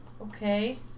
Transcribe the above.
Okay